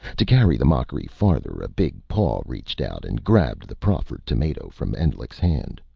to carry the mockery farther, a big paw reached out and grabbed the proffered tomato from endlich's hand.